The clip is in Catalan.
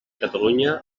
catalunya